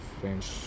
French